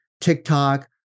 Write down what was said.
TikTok